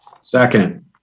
Second